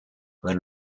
when